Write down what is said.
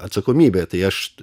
atsakomybė tai aš